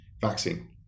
vaccine